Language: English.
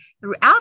throughout